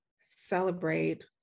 celebrate